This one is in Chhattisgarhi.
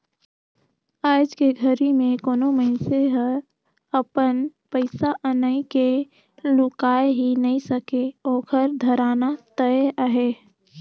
आयज के घरी मे कोनो मइनसे हर अपन पइसा अनई के लुकाय ही नइ सके ओखर धराना तय अहे